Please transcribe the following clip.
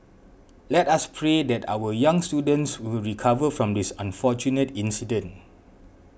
let us pray that our young students will recover from this unfortunate incident